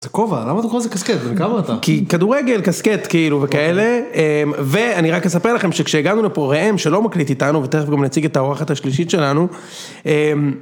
זה כובע, למה אתה קורא לזה קסקט ? בן כמה אתה ? כי כדורגל קסקט כאילו וכאלה אמ... ואני רק אספר לכם שכשהגענו לפה ראם שלא מקליט איתנו ותכף גם נציג את האורחת השלישית שלנו.